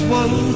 one